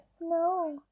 No